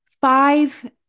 Five